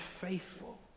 faithful